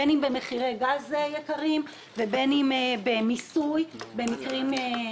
בין אם במחירי גז יקרים ובין אם במיסוי על